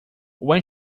when